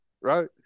Right